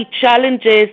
challenges